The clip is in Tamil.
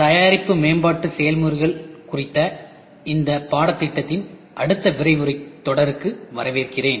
தயாரிப்பு மேம்பாட்டு செயல்முறைகள் குறித்த இந்த பாடத்திட்டத்தின் அடுத்த விரிவுரைத் தொடருக்கு வரவேற்கிறேன்